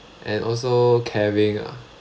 and also caring ah